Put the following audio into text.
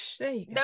No